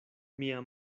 mia